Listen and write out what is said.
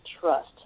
trust